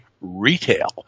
retail